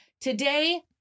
today